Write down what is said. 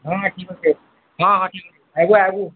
ହଁ ଠିକ୍ ଅଛେ ହଁ ହଁ ଠିକ୍ ଅଛେ ଆଇବୁ ଆଇବୁ